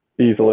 easily